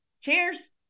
cheers